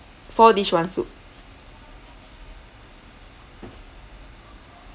four dish one soup